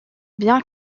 bien